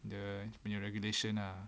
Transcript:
the regulation lah